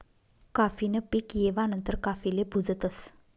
काफी न पीक येवा नंतर काफीले भुजतस